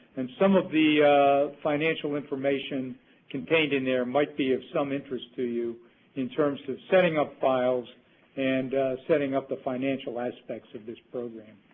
and some of the financial information contained in there might be of some interest to you in terms of setting up files and setting up the financial aspects of this program.